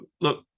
look